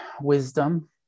wisdom